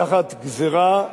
תחת גזירה,